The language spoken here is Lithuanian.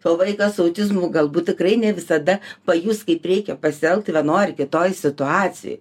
kol vaikas autizmu galbūt tikrai ne visada pajus kaip reikia pasielgt vienoj ar kitoj situacijoj